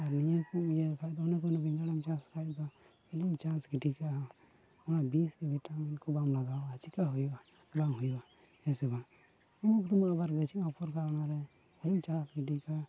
ᱟᱨ ᱱᱤᱭᱟᱹ ᱠᱚ ᱱᱤᱭᱟᱹ ᱵᱟᱠᱷᱟᱱ ᱫᱚ ᱚᱱᱮ ᱠᱚ ᱵᱮᱸᱜᱟᱲᱮᱢ ᱪᱟᱥ ᱠᱷᱟᱱ ᱫᱚ ᱛᱤᱱᱟᱹᱜ ᱮᱢ ᱪᱟᱥ ᱜᱤᱰᱤ ᱠᱟᱜᱼᱟ ᱚᱱᱟ ᱵᱤᱥ ᱠᱚ ᱵᱷᱤᱴᱟᱢᱤᱱ ᱵᱟᱢ ᱞᱟᱜᱟᱣᱟ ᱪᱤᱠᱟᱹ ᱦᱩᱭᱩᱜᱼᱟ ᱵᱟᱝ ᱦᱩᱭᱩᱜᱼᱟ ᱦᱮᱸ ᱥᱮ ᱵᱟᱝ ᱫᱚ ᱟᱵᱟᱨ ᱩᱱᱟᱹᱜ ᱫᱚ ᱟᱵᱟᱨ ᱚᱱᱟ ᱨᱮ ᱠᱷᱟᱹᱞᱤ ᱪᱟᱥ ᱜᱤᱰᱤ ᱠᱟᱜ